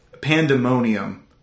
pandemonium